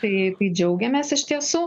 tai tai džiaugiamės iš tiesų